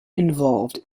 involved